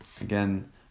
again